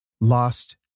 lost